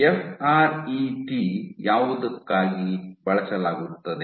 F R E T ಯಾವುದಕ್ಕಾಗಿ ಬಳಸಲಾಗುತ್ತದೆ